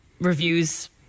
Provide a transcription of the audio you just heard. reviews